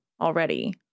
already